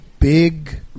big